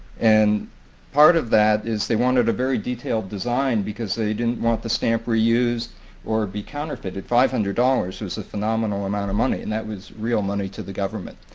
and part of that is they wanted a very detailed design because they didn't want the stamp reused or be counterfeited. five hundred dollars is a phenomenal amount of money and that was real money to the government.